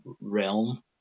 realm